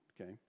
Okay